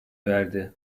verdi